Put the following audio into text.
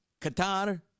Qatar